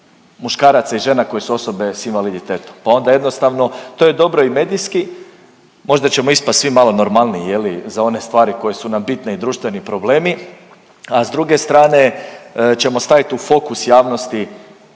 muškaraca i žena koje su osobe s invaliditetom, pa onda jednostavno to je dobro i medijski, možda ćemo ispast svi malo normalniji za one stvari koje su nam bitne i društveni problemi, a s druge strane ćemo stavit u fokus javnosti